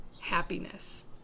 happiness